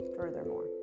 furthermore